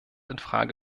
infrage